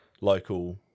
local